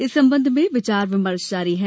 इस संबंध में विचार विमर्श जारी है